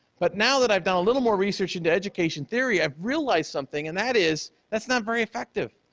but now that i've done a little more research in the education theory, i've realized something and that is that's not very effective.